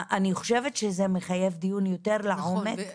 אני חושבת שזה מחייב דיון יותר לעומק של איך.